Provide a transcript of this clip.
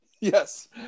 Yes